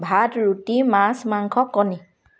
ভাত ৰুটি মাছ মাংস কণী